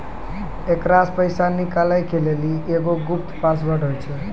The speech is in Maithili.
एकरा से पैसा निकालै के लेली एगो गुप्त पासवर्ड होय छै